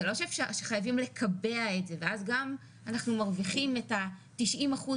זה לא שחייבים לקבע את זה ואז גם אנחנו מרוויחים את ה-90 אחוזים